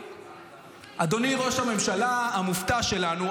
אדוני ראש הממשלה המופתע שלנו,